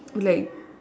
like